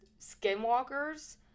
skinwalkers